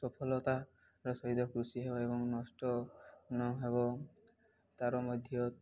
ସଫଲତାର ସହିତ କୃଷି ହବ ଏବଂ ନଷ୍ଟ ନ ହେବ ତାର ମଧ୍ୟ